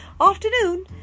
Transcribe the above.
Afternoon